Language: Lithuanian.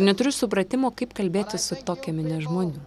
neturiu supratimo kaip kalbėti su tokia minia žmonių